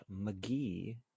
McGee